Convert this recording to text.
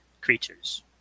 creatures